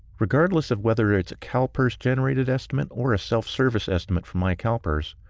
regardless of whether it's a calpers-generated estimate or a self-service estimate from mycalpers,